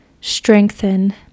strengthen